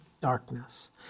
darkness